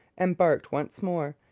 embarked once more,